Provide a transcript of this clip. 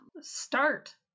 Start